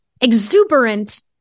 exuberant